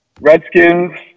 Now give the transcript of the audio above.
Redskins